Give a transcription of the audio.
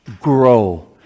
grow